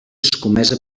escomesa